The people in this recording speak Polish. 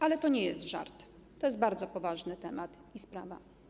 Ale to nie jest żart, to jest bardzo poważny temat i sprawa.